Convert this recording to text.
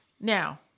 Now